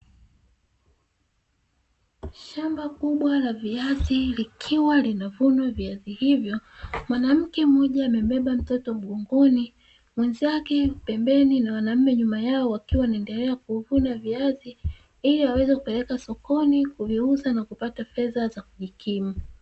Shamba kubwa la viazi, likiwa linavunwa viazi hivyo. Mwanamke mmoja amebeba mtoto mgongoni, mwenzake pembeni, na wanaume nyuma yao wakiwa wanaendelea kuvuna viazi ili waweze kupeleka sokoni kuviuza na kupata fedha za kujikimu.